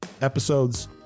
episodes